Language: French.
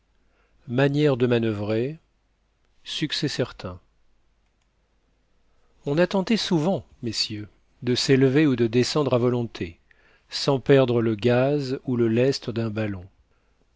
manière de manuvrer succès certain on a tenté souvent messieurs de s'élever ou de descendre à volonté sans perdre le gaz ou le lest d'un ballon